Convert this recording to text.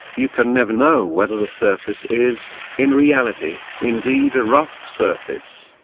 you can never know whether the surface is, in reality, indeed a rough surface,